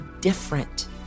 different